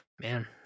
Man